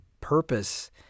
purpose